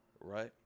right